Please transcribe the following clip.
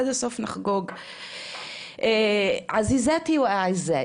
נמצא איתנו בדיון היום,